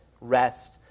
rest